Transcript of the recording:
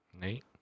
Nate